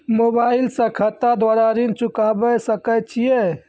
Mobile से खाता द्वारा ऋण चुकाबै सकय छियै?